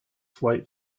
flight